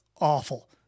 awful